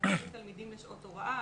בקשות התלמידים לשעות הוראה,